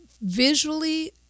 visually